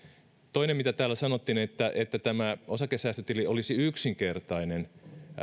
toinen mitä täällä sanottiin oli se että tämä osakesäästötili olisi yksinkertainen